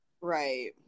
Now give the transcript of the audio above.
Right